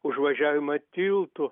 už važiavimą tiltu